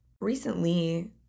recently